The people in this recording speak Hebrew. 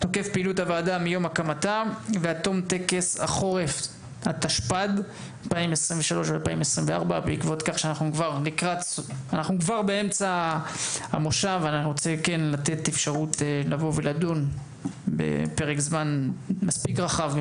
תוקף פעילות הוועדה מיום הקמתה ועד תום כנס החורף התשפ"ד 2024-2023. אנחנו כבר באמצע המושב ואנחנו רוצים לתת אפשרות לדון בפרק זמן מספיק רחב,